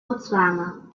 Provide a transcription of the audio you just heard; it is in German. botswana